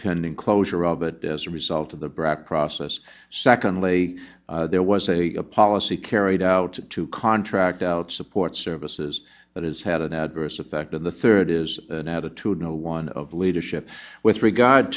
pending closure of it as a result of the brac process secondly there was a policy carried out to contract out support services that has had an adverse effect in the third is an attitude no one of leadership with regard